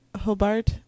Hobart